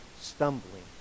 stumbling